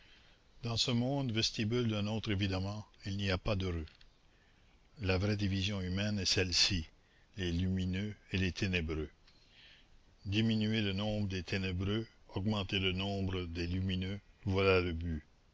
dans ce monde vestibule d'un autre évidemment il n'y a pas d'heureux la vraie division humaine est celle-ci les lumineux et les ténébreux diminuer le nombre des ténébreux augmenter le nombre des lumineux voilà le but